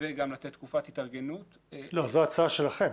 וגם לתת תקופת התארגנות --- לא, זו הצעה שלכם.